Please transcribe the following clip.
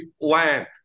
land